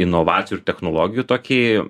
inovacijų ir technologijų tokį